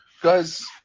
guys